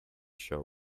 sure